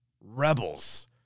Rebels